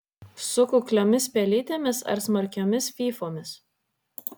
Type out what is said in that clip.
su kukliomis pelytėmis ar smarkiomis fyfomis